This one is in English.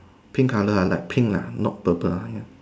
pink like pink lah not purple